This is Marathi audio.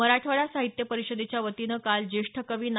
मराठवाडा साहित्य परिषदेच्या वतीनं काल ज्येष्ठ कवी ना